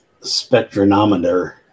spectronometer